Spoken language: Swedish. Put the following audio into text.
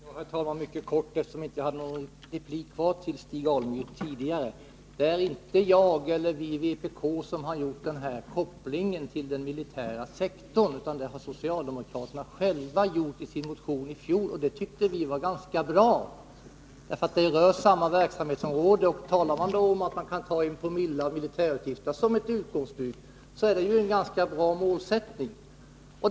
Herr talman! Jag begärde ordet igen därför att jag tidigare inte hade någon replik kvar till Stig Alemyr, men jag skall fatta mig mycket kort. Det är inte jag eller vi i vpk som gjort kopplingen till den militära sektorn — den har socialdemokraterna själva gjort i sin motion i fjol, och det tyckte vi var ganska bra, eftersom det gäller samma verksamhetsområde. Att som ett utgångsbud ta 1 Jo av militärutgifterna är en ganska bra målsättning.